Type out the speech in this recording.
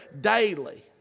daily